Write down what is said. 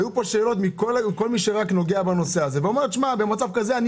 היו כאן שאלות מכל מי שרק נוגע בנושא הזה ואומרים שבמצב כזה אני